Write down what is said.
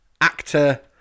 actor